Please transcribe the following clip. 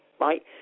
right